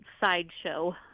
sideshow